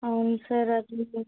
అవును సార్ అందుకే